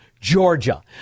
Georgia